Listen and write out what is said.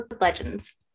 legends